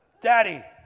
daddy